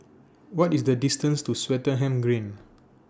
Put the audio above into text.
What IS The distances to Swettenham Green